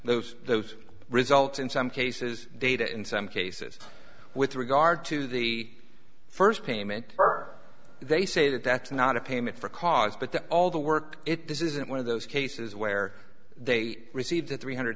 those those results in some cases data in some cases with regard to the first payment are they say that that's not a payment for cause but the all the work it this isn't one of those cases where they received three hundred